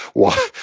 why,